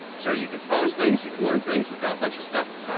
so you could post things, you can learn things. we've got a bunch of stuff,